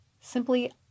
simply